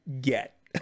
get